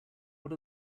what